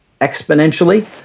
exponentially